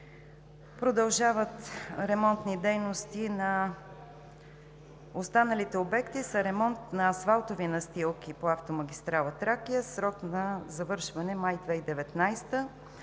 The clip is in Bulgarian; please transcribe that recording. Продължават ремонтни дейности на останалите обекти – ремонт на асфалтови настилки по автомагистрала „Тракия“, със срок на завършване – май 2019 г.